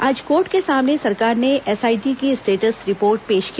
आज कोर्ट के सामने सरकार ने एसआईटी की स्टेटस रिपोर्ट पेश किया